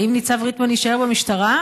האם ניצב ריטמן יישאר במשטרה?